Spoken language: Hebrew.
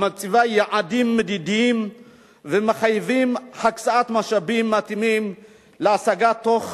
המציבה יעדים מדידים שמחייבים הקצאת משאבים מתאימים להשגה תוך